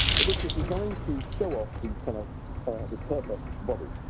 but this was designed to show off things kind of this perfect body.